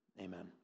Amen